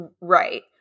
Right